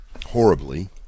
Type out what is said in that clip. Horribly